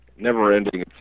never-ending